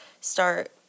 start